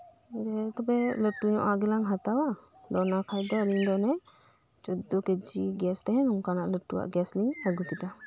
ᱡᱮ ᱛᱚᱵᱮ ᱞᱟᱹᱴᱩ ᱧᱚᱜ ᱟᱜ ᱜᱮᱞᱟᱝ ᱦᱟᱛᱟᱣᱟ ᱟᱫᱚ ᱚᱱᱠᱷᱟᱡ ᱫᱚ ᱟᱹᱞᱤᱧ ᱫᱚ ᱚᱱᱮ ᱪᱚᱫᱫᱚ ᱠᱮᱡᱤ ᱜᱮᱥ ᱛᱟᱦᱮᱱ ᱚᱱᱠᱟᱱᱟᱜ ᱞᱟᱹᱴᱩᱣᱟᱜ ᱜᱮᱥᱞᱤᱧ ᱟᱹᱜᱩᱠᱮᱫᱟ